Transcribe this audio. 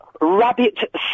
rabbit